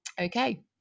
okay